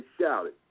shouted